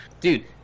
Dude